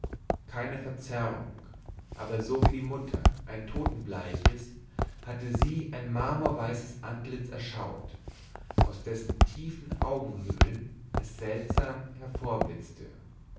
keine verzerrung aber so wie die mutter ein totenbleiches hatte sie ein marmorweißes antlitz erschaut aus dessen tiefen augenhöhlen es seltsam